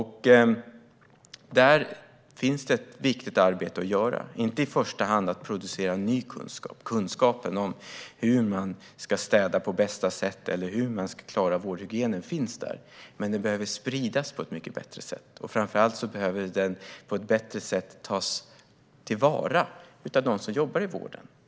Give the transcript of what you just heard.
Här finns det ett viktigt arbete att göra - inte i första hand att producera ny kunskap, för kunskapen om hur man ska städa på bästa sätt och klara vårdhygienen finns där. Men den behöver spridas på ett mycket bättre sätt, och framför allt behöver den på ett bättre sätt tas till vara av dem som jobbar i vården.